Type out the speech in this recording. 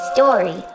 Story